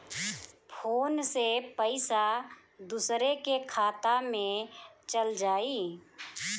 Phone से पईसा दूसरे के खाता में चल जाई?